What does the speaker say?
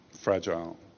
fragile